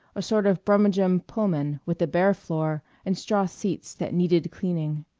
a sort of brummagem pullman, with a bare floor, and straw seats that needed cleaning.